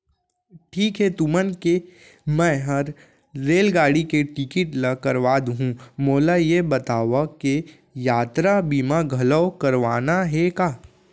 ठीक हे तुमन के मैं हर रेलगाड़ी के टिकिट ल करवा दुहूँ, मोला ये बतावा के यातरा बीमा घलौ करवाना हे का?